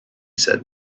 said